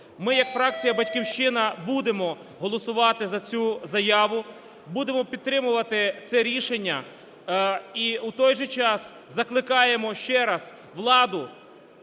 Ми як фракція "Батьківщина" будемо голосувати за цю заяву, будемо підтримувати це рішення. І в той же час закликаємо ще раз владу